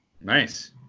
nice